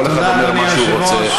כל אחד אומר מה שהוא רוצה.